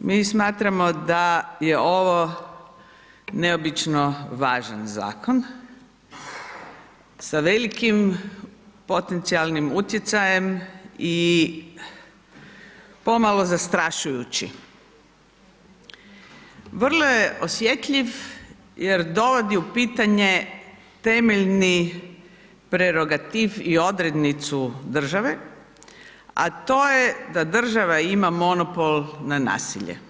mi smatramo da je ovo neobično važan zakon, sa velikim potencijalnim utjecajem i pomalo zastrašujući, vrlo je osjetljiv jer dovodi u pitanje temeljni prerogativ i odrednicu države, a to je da država ima monopol na nasilje.